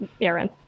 Aaron